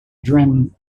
drammen